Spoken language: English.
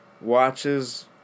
Watches